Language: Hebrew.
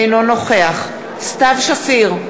אינו נוכח סתיו שפיר,